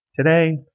Today